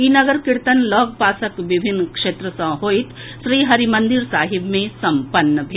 ई नगर कीर्तन लऽग पासक विभिन्न क्षेत्र सँ होइत श्रीहरिमंदिर साहिब मे सम्पन्न भेल